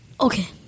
okay